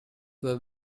were